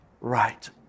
right